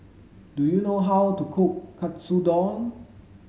do you know how to cook Katsudon